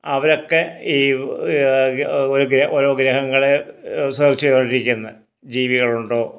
അവരൊക്കെ ഈ ഓരോ ഗ്രഹങ്ങളെ സെർച്ച് ചെയ്തുകൊണ്ടിരിക്കുന്നു ജീവികളുണ്ടോ